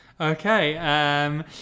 Okay